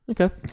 Okay